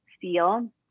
feel